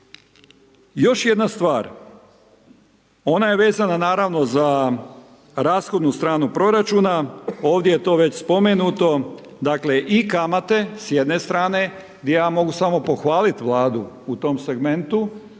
Još jedna stvar, ona je vezana naravno za rashodnu stranu proračuna, ovdje je to već spomenuto, dakle i kamate s jedne strane, gdje ja mogu samo pohvaliti Vladu u tom segmentu